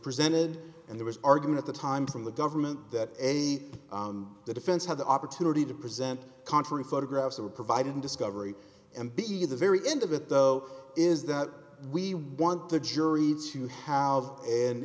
presented and there was arguing at the time from the government that a the defense had the opportunity to present contrary photographs that were provided in discovery and b the very end of it though is that we want the jury to have an